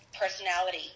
personality